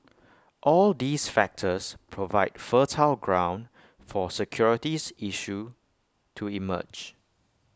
all these factors provide fertile ground for security issues to emerge